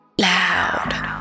Loud